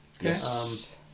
Yes